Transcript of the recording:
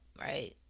right